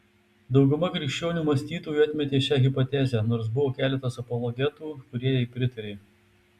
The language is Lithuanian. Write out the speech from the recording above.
dauguma krikščionių mąstytojų atmetė šią hipotezę nors buvo keletas apologetų kurie jai pritarė